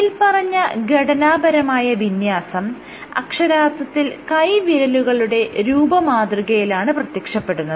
മേല്പറഞ്ഞ ഘടനാപരമായ വിന്യാസം അക്ഷരാർത്ഥത്തിൽ കൈവിരലുകളുടെ രൂപമാതൃകയിലാണ് പ്രത്യക്ഷപ്പെടുന്നത്